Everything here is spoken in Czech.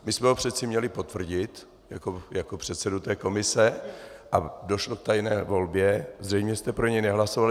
My jsme ho přeci měli potvrdit jako předsedu té komise a došlo k tajné volbě, zřejmě jste pro něj nehlasovali.